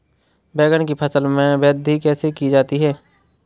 बैंगन की फसल में वृद्धि कैसे की जाती है?